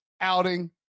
outing